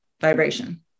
vibration